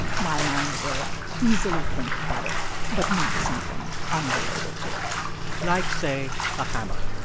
my mind will easily think butter but not something unrelated to it like, say, a hammer.